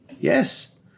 yes